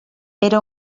era